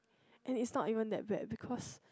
and it's not even that bad because